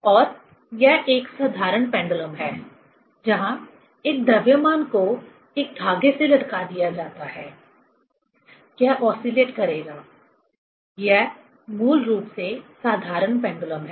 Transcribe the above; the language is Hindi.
और यह एक साधारण पेंडुलम है जहां एक द्रव्यमान को एक धागे से लटका दिया जाता है यह ओसीलेट करेगा यह मूल रूप से साधारण पेंडुलम है